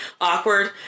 Awkward